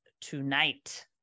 tonight